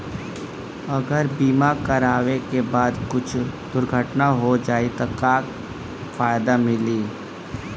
अगर बीमा करावे के बाद कुछ दुर्घटना हो जाई त का फायदा मिली?